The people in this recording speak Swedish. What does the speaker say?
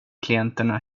klienterna